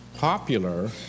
Popular